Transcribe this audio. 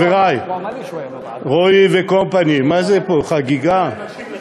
חברי, רועי ו-company, מה זה פה, חגיגה?